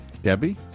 Debbie